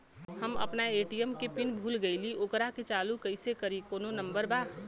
हम अपना ए.टी.एम के पिन भूला गईली ओकरा के चालू कइसे करी कौनो नंबर बा?